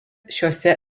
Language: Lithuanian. šiose